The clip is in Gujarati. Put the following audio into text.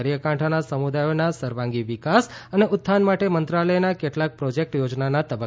દરિયાકાંઠાના સમુદાયોના સર્વાંગી વિકાસ અને ઉત્થાન માટે મંત્રાલયના કેટલાક પ્રોજેક્ટ યોજનાના તબક્કા હેઠળ છે